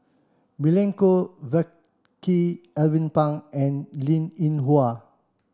Milenko Prvacki Alvin Pang and Linn In Hua